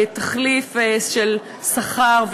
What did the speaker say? תחליף של שכר,